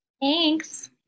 Thanks